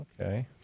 okay